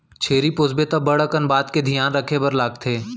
छेरी पोसबे त बड़ अकन बात के धियान रखे बर लागथे